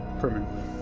Permanently